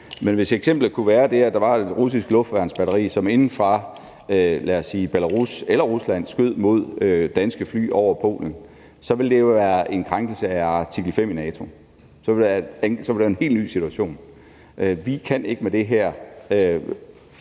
Men hvis eksemplet kunne være det, at der var et russisk luftværnsbatteri, som inde fra, lad os sige Belarus eller Rusland skød mod danske fly over Polen, så ville det jo være en krænkelse af artikel 5 i NATO, og så var der en helt ny situation. Vi kan ikke med det her